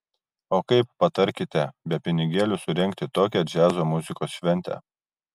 o kaip patarkite be pinigėlių surengti tokią džiazo muzikos šventę